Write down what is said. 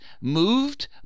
Moved